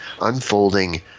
unfolding